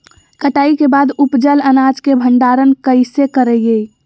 कटाई के बाद उपजल अनाज के भंडारण कइसे करियई?